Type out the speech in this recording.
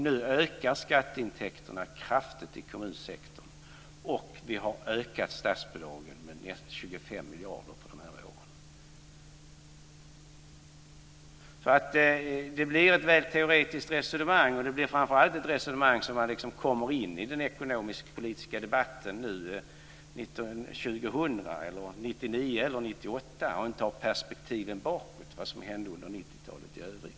Nu ökar skatteintäkterna kraftigt i kommunsektorn. Vi har ökat statsbidragen med 25 miljarder under de här åren. Detta blir ett väl teoretiskt resonemang. Och det blir framför allt ett resonemang som leder in i den ekonomisk-politiska debatten 2000, 1999 eller 1998 utan att man har perspektiven bakåt vad som hände under 90-talet i övrigt.